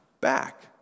back